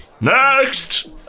Next